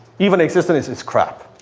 even existent, it's it's crap.